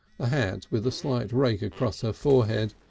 ah hat with a slight rake across her forehead,